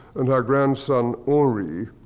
and her grandson, ory,